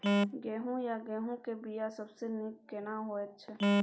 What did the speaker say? गहूम या गेहूं के बिया सबसे नीक केना होयत छै?